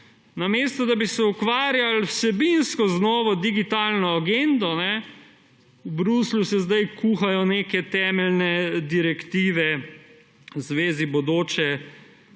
Namesto da bi se ukvarjali vsebinsko z novo digitalno agendo, v Bruslju se zdaj kuhajo neke temeljne direktive v zvezi z bodočo